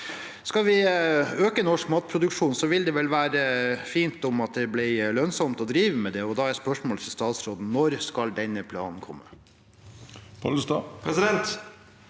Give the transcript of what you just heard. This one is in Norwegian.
Skal vi øke norsk matproduksjon, vil det vel være fint om det ble lønnsomt å drive med det. Da er spørsmålet til statsråden: Når skal denne planen komme?